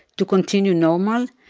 to continue normal?